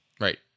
right